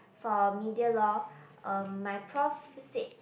for media law um my prof said